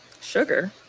Sugar